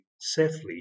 safely